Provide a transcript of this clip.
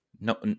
No